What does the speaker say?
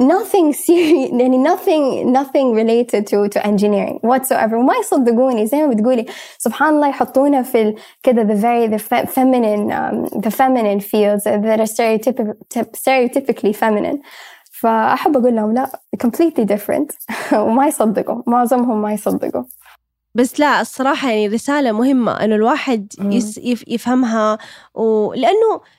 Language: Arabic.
nothing serious- يعني nothing- nothing related to- to engineering whatsoever. وما يصدقوني، زي ما بتقولي. سبحان الله يحطونا في ال- كده the very- the fe- feminine- um, the feminine fields that are stereotypic- stereotypically feminine. فأحب أقول لهم لا، completely different. وما يصدقوا. معظمهم ما يصدقوا. بس لا، الصراحة يعني رسالة مهمة إنه الواحد مم. يس- يف- يفهمها و- لأنه